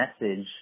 message